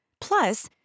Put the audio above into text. Plus